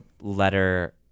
letter